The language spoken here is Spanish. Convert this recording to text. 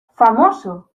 famoso